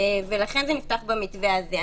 ולכן זה נפתח במתווה הזה.